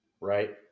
right